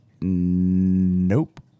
Nope